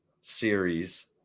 series